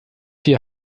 hier